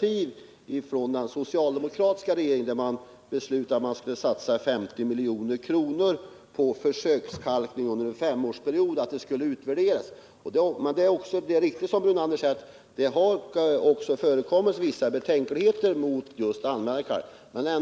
det ändå var den socialdemokratiska regeringen som tog initiativet och beslutade satsa 50 milj.kr. på försökskalkning under en femårsperiod. Det skulle då göras en utvärdering. Men det är riktigt som Lennart Brunander säger, att det också funnits vissa betänkligheter mot att använda kalk.